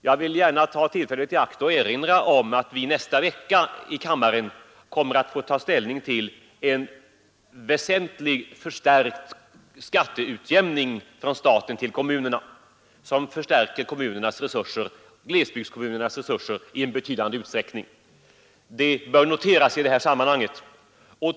Jag vill gärna ta tillfället i akt att erinra om att vi nästa vecka i kammaren kommer att få ta ställning till ett väsentligt förstärkt skatteutjämningsbidrag från staten till kommunerna, som ökar glesbygdskommunernas resurser i betydande utsträckning. Det bör noteras i det här sammanhanget.